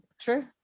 True